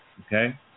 okay